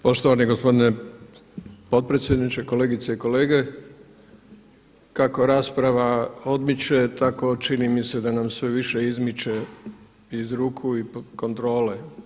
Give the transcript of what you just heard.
Poštovani gospodine potpredsjedniče, kolegice i kolege, kako rasprava odmiče tako čini mi se da nam sve više izmiče iz ruku i kontrole.